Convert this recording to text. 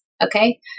okay